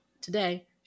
today